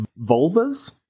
vulvas